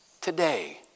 today